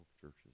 churches